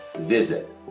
visit